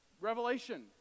Revelation